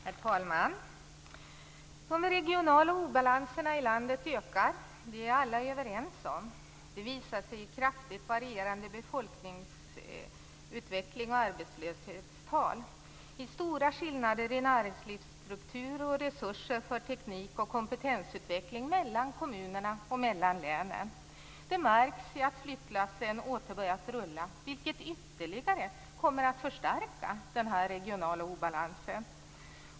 Herr talman! De regionala obalanserna i landet ökar. Det är vi alla överens om. Det visar sig i kraftigt varierande befolkningsutveckling och arbetslöshetstal, i stora skillnader i näringslivsstruktur och resurser för teknik och kompetensutveckling mellan kommunerna liksom mellan länen. Det märks i att flyttlassen åter börjat rulla, vilket ytterligare kommer att förstärka den regionala obalansen.